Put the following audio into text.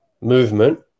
movement